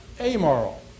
amoral